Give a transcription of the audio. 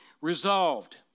resolved